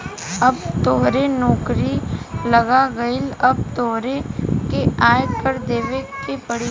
अब तोहरो नौकरी लाग गइल अब तोहरो के आय कर देबे के पड़ी